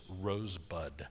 Rosebud